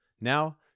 Now